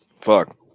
Fuck